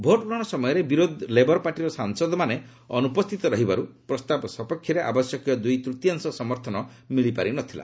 vote ଗ୍ରହଣ ସମୟରେ ବିରୋଧୀ ଲେବର ପାର୍ଟିର ସାଂସଦମାନେ ଅନୁପସ୍ଥିତ ରହିବାରୁ ପ୍ରସ୍ତାବ ସପକ୍ଷରେ ଆବଶ୍ୟକୀୟ ଦୁଇ ତୂତୀୟାଂଶ ସମର୍ଥନ ମିଳିପାରି ନଥିଲା